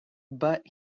but